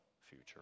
future